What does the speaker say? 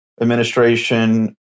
administration